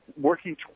working